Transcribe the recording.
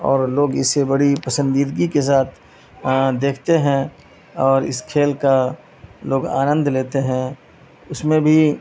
اور لوگ اسے بڑی پسندیدگی کے ساتھ دیکھتے ہیں اور اس کھیل کا لوگ آنند لیتے ہیں اس میں بھی